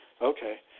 okay